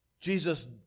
Jesus